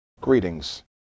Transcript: greetings